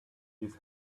his